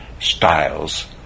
styles